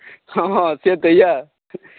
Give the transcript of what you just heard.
हँ से तऽ यऽ